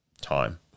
time